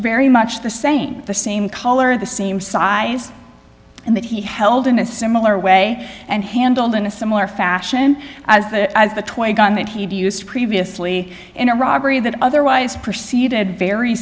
very much the same the same color the same size and that he held in a similar way and handled in a similar fashion as the the twenty gun that he had used previously in a robbery that otherwise proceeded very